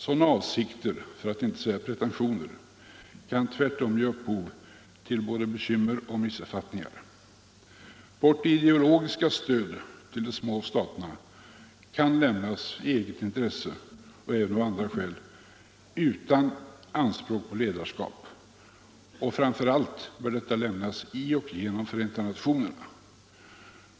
Sådana avsikter, för att inte säga pretentioner, kan tvärtom ge upphov till både bekymmer och missuppfattningar. Vårt ideologiska stöd till de små staterna kan lämnas i eget intresse och även av andra skäl utan anspråk på ledarskap, och framför allt bör detta lämnas i och genom FN.